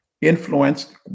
influenced